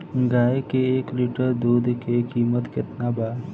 गाय के एक लीटर दुध के कीमत केतना बा?